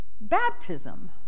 baptism